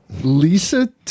Lisa